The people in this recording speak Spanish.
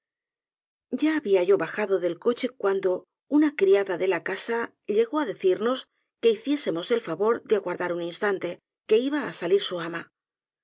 ya habia yo bajado del coche cuando una criada de la casa llegó á decirnos que hiciésemos el favor de aguardar un instante que iba á salir su ama